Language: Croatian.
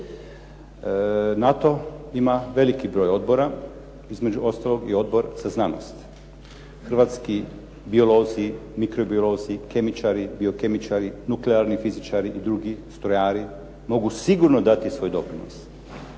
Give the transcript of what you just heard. NATO ima veliki broj odbora, između ostalog i Odbor za znanost. Hrvatski biolozi, mikrobiolozi, kemičari, biokemičari, nuklearni fizičari i drugi strojari mogu sigurno dati svoj doprinos.